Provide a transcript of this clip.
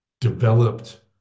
developed